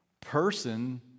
person